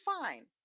Fine